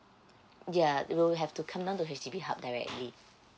yeah you will have to come down to H_D_B hub directly